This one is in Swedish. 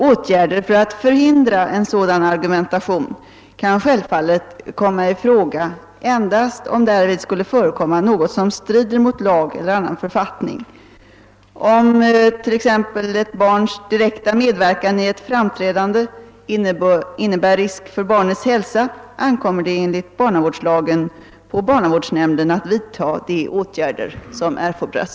Åtgärder för att förhindra en sådan argumentation kan självfallet komma i fråga endast om därvid skulle förekomma något som strider mot lag eller annan författning. Om t.ex. ett barns direkta medverkan i ett framträdande innebär risk för barnets hälsa, ankommer det enligt barnavårdslagen på barnavårdsnämnden att vidta de åtgärder som erfordras.